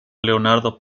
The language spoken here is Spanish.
leonardo